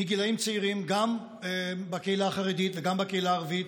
גם בקהילה החרדית וגם בקהילה הערבית,